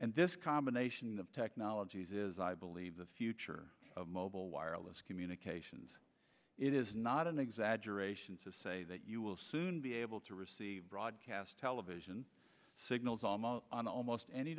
and this combination of technologies is i believe the future of mobile wireless communications it is not an exaggeration to say that you will soon be able to receive broadcast television signals almost on almost any